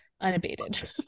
unabated